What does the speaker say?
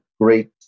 great